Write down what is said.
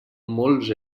molts